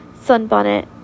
sunbonnet